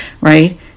right